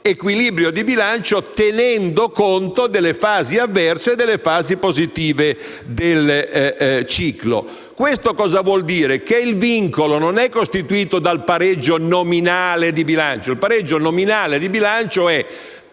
l'equilibrio di bilancio «tenendo conto delle fasi avverse e delle fasi favorevoli del ciclo economico». Questo cosa vuol dire? Che il vincolo non è costituito dal pareggio nominale di bilancio. Il pareggio nominale di bilancio è: